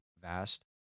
vast